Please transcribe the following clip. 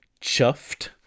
chuffed